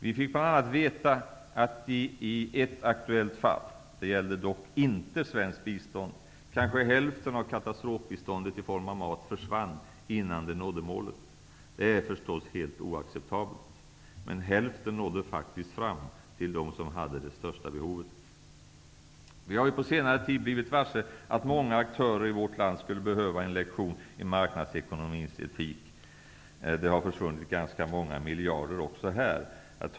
Vi fick bl.a. veta att i ett aktuellt fall -- det gällde dock inte svenskt bistånd -- försvann kanske hälften av katastrofbiståndet i form av mat innan det nådde målet. Det är förstås helt oacceptabelt. Men hälften nådde faktiskt fram till dem som hade det största behovet. Vi har på senare tid blivit varse att många aktörer i vårt land skulle behöva en lektion i marknadsekonomins etik. Det har försvunnit ganska många miljarder också här.